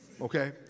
Okay